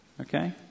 Okay